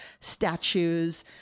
statues